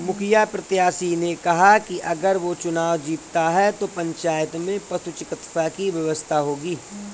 मुखिया प्रत्याशी ने कहा कि अगर वो चुनाव जीतता है तो पंचायत में पशु चिकित्सा की व्यवस्था होगी